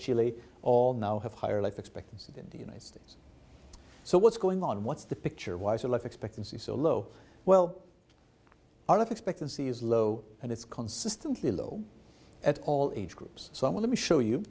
chile all now have higher life expectancy than the united states so what's going on what's the picture wise or life expectancy so low well our of expectancy is low and it's consistently low at all age groups so i want to show you